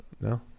No